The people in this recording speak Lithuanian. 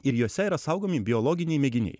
ir juose yra saugomi biologiniai mėginiai